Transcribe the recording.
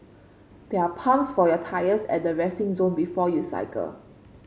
they are pumps for your tyres at the resting zone before you cycle